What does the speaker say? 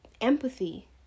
empathy